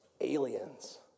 aliens